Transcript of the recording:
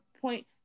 point